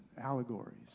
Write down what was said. allegories